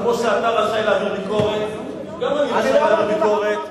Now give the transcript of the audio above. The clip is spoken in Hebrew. כמו שאתה רשאי להעביר ביקורת גם אני רשאי להעביר ביקורת,